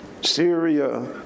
Syria